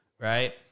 right